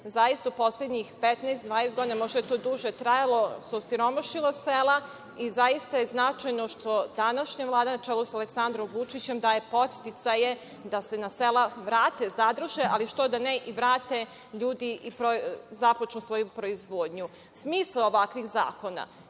zaista u poslednjih 15, 20 godina, možda je to duže trajalo, osiromašila su sela i zaista je značajno što današnja vlada, na čelu sa Aleksandrom Vučićem, daje podsticaje da se na sela vrate, zadrže, ali što da ne, i vrate ljudi i započnu svoju proizvodnju. Smisao ovakvih zakona